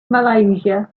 malaysia